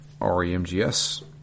REMGS